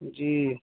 جی